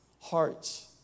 hearts